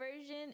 version